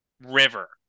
River